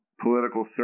political